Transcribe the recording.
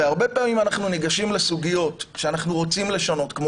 הרבה פעמים אנחנו ניגשים לסוגיות שאנחנו רוצים לשנות כמו